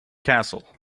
castle